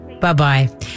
bye-bye